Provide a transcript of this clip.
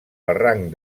barranc